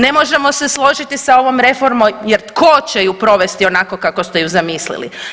Ne možemo se složiti sa ovom reformom jer tko će ju provesti onako kako ste ju zamislili.